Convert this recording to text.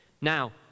Now